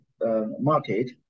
market